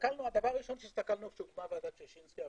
הדבר הראשון שהסתכלנו כשהוקמה ועדת ששינסקי הראשונה,